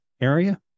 area